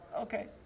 Okay